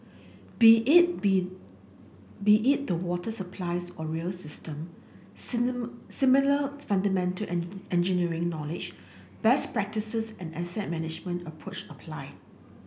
be it be be it the water systems or rail system similar similar fundamental engineering knowledge best practices and asset management approach apply